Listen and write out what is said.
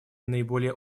наиболее